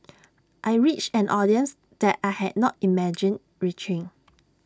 I reached an audience that I had not imagined reaching